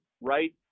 right